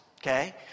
okay